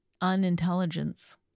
unintelligence